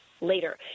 later